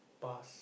past